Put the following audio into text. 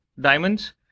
diamonds